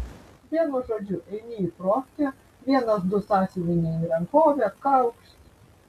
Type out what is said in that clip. vienu žodžiu eini į profkę vienas du sąsiuviniai į rankovę kaukšt